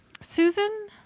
Susan